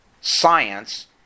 science